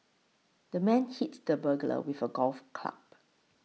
the man hit the burglar with a golf club